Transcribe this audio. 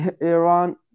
Iran